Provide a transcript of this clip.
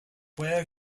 where